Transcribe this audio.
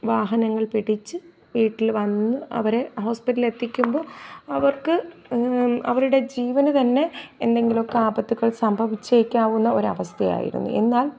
വാഹനങ്ങൾ പിടിച്ച് വീട്ടിൽ വന്ന് അവരെ ഹോസ്പിറ്റലിലെത്തിക്കുമ്പോൾ അവർക്ക് അവരുടെ ജീവന് തന്നെ എന്തങ്കിലൊക്കെ ആപത്തുകൾ സംഭവിച്ചേക്കാവുന്ന ഒരവസ്ഥയായിരുന്നു എന്നാൽ